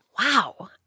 Wow